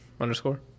underscore